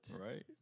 right